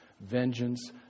vengeance